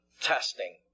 testing